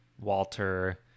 Walter